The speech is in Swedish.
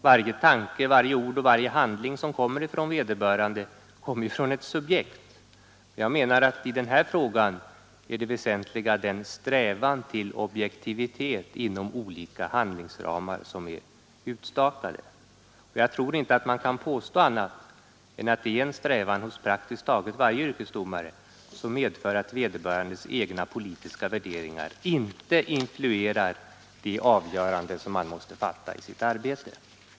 Varje tanke, varje ord och varje handling som kommer från vederbörande kommer ju från ett subjekt. Jag menar att i denna fråga är det väsentliga den strävan till objektivitet som finns inom olika utstakade handlingsramar. Jag tror inte att man kan påstå annat än att det är en strävan hos praktiskt taget varje yrkesdomare att vederbörandes politiska värderingar inte skall influera de avgöranden som han måste fatta i sitt arbete.